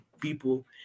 people